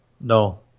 no